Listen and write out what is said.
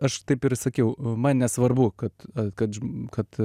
aš taip ir sakiau man nesvarbu kad kad kad